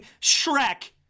Shrek